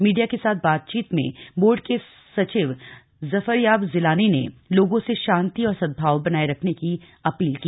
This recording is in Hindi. मीडिया के साथ बातचीत में बोर्ड के सचिव जफरयाब जिलानी ने लोगों से शांति और सद्भाव बनाये रखने की अपील की